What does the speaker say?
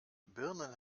birnen